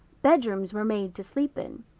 bedrooms were made to sleep in.